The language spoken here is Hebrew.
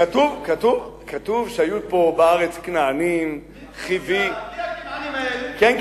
כתוב שהיו פה בארץ כנענים, מי הכנענים האלה?